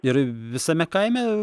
ir visame kaime